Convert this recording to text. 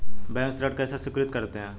Bank ऋण कैसे स्वीकृत करते हैं?